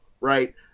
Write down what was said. right